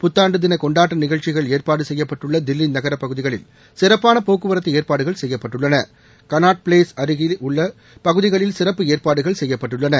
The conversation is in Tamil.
புத்தாண்டு தின கொண்டாட்ட நிகழ்ச்சிகள் ஏற்பாடு செய்யப்பட்டுள்ள தில்லி நகர பகுதிகளில் சிறப்பான போக்குவரத்து ஏற்பாடுகள் செய்யப்பட்டுள்ளன களாட் பிளேஸ் அருகே உள்ள பகுதிகளில் சிறப்பு ஏற்பாடுகள் செய்யப்பட்டுள்ளன